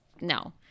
no